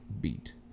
beat